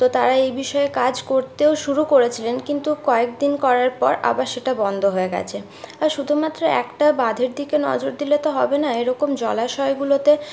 তো তারা এই বিষয়ে কাজ করতেও শুরু করেছিলেন কিন্তু কয়েকদিন করার পর আবার সেটা বন্ধ হয়ে গেছে আর শুধুমাত্র একটা বাঁধের দিকে নজর দিলে তো হবে না এরকম জলাশয়গুলোতে